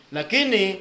Lakini